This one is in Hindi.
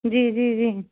जी जी जी